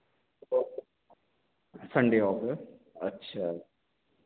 Sunday off है अच्छा